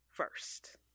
First